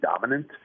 dominant